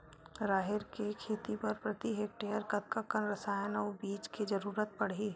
राहेर के खेती बर प्रति हेक्टेयर कतका कन रसायन अउ बीज के जरूरत पड़ही?